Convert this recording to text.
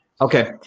Okay